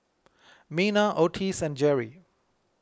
Mena Ottis and Jeri